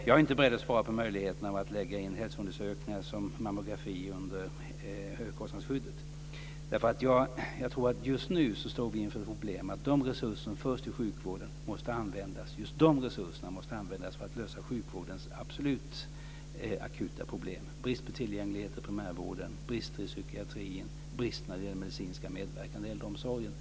Jag är inte beredd att svara på frågan om möjligheterna att lägga in hälsoundersökningar som mammografi under högkostnadsskyddet. Jag tror nämligen att vi just nu står inför sådana problem att de resurser som förs till sjukvården måste användas för att lösa sjukvårdens absolut akuta problem - brist på tillgänglighet i primärvården, brister i psykiatrin, brist när det gäller den medicinska medverkan i äldreomsorgen.